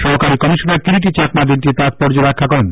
সহকারী কমিশনার কিরিটি চাকমা দিনটির তাপৎর্য ব্যাখ্যা করেন